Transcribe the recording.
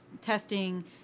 testing